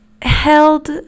held